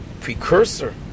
precursor